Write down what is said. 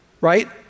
right